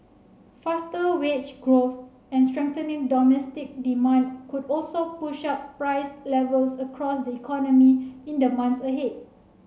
faster wage growth and strengthening domestic demand could also push up price levels across the economy in the months ahead